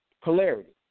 Polarity